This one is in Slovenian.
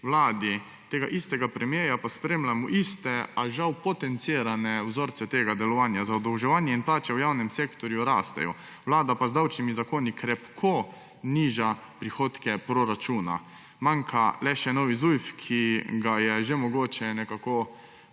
vladi tega istega premierja pa spremljamo iste, a žal potencirane vzorce tega delovanja, zadolževanje in plače v javnem sektorju rastejo, vlada pa z davčnimi zakoni krepko niža prihodke proračuna. Manjka le še nov Zujf, ki ga je že mogoče